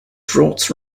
draughts